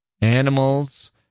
Animals